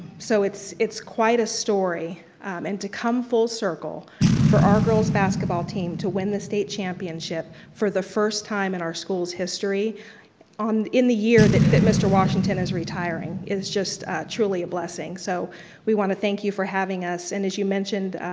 so it's it's quite a story and to come full circle for our girls basketball team to win the state championship for the first time in our school's history um in the year that that mr. washington is retiring is just truly a blessing. so we wanna thank you for having us and as you mentioned,